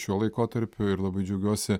šiuo laikotarpiu ir labai džiaugiuosi